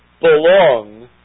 belong